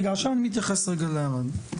רגע עכשיו אני מתייחס רגע לערד,